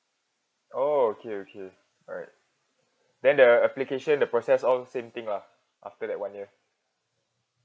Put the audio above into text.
oh okay okay alright then the application the process all same thing lah after that one year